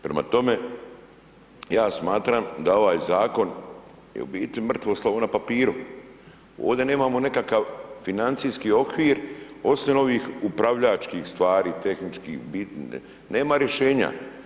Prema tome, ja smatram da je ovaj zakon u biti mrtvo slovo na papiru, ovdje nemamo nekakav financijski okvir, osim ovih upravljačkih stvari, tehničkih … nema rješenja.